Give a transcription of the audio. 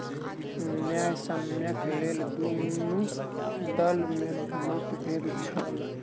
न्यायसम्यक लेल दुनू दल में मतभेद छल